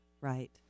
right